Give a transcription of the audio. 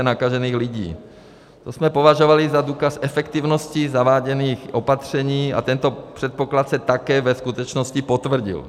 To jsme považovali za důkaz efektivnosti zaváděných opatření a tento předpoklad se také ve skutečnosti potvrdil.